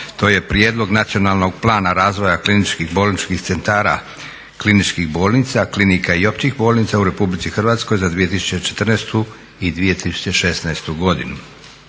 To je: - Prijedlog nacionalnog plana razvoja kliničkih bolničkih centara, kliničkih bolnica, klinika i općih bolnica u Republici Hrvatskoj 2014. - 2016.